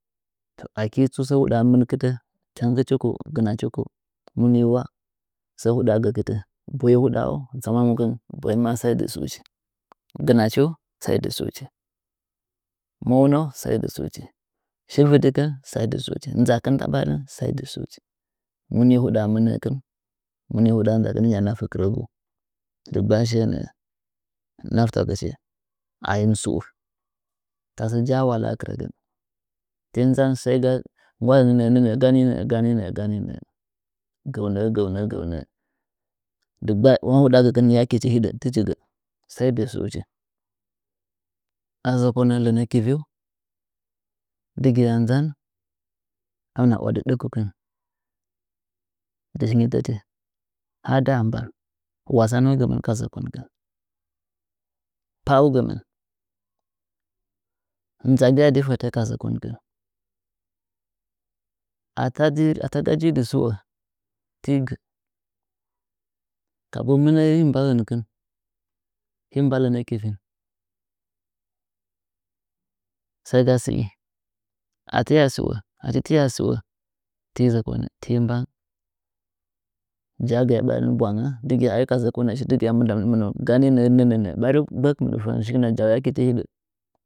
To aki tsu sɚ huɗaa mɨnkɨtɚ gɨnachi ku mu tow a sɚɚ huɗaa gɚkɨtɚ boye huɗaa tsama munch boyen ma sai dɨ su'uchi gɨnachiu sai dɨsɨuchi moundu sai dɨ stuchi shi vɨdikɨn sai dɨ stuchi nzakɨn nda barin sai dɨ stuchi muni huɗaa mɨnɚkih muni huɗaa nzakin hɨya nafe kɨrɚgu dɨggba shiye nɚɚ naftagɨch achim sɨo tasɚ awale akɨrɚgɚn ti nzan sai ga nggwa gani nɚɚ gɚu nɚɚ gɚu nɚɚ dɨggba ma huɗaa gɚkɨn yakee ch hɨɗɚ sai dɨ stuchi a zɚkonɚɚ lɚnɚ tiviu ndgiya nzan amna ‘wadɨ ɗɚkukɨh dɨ shi nyetɚti ha nda ban wasanugɨmɨn ka zokonkɨn paau gɨmɨh nzagɨye adɨ fɚtɚ ka zɚkonkɨn ata ga ji dɨsɨo ti gɚ kaba mɨnɚɚ lim mba hɚnkɨh hɨm mba lenɚ tivih sai ga sɨe achitiya sɨo ti zɚkonɚ g amba jagɨya barin ɓwangɚn d ɨgɨya ayi ka dɨgɨya minɚ minɚ minɚ shigɨn na jaau yake ti huɗa.